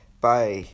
Bye